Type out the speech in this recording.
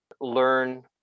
learn